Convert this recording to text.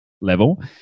level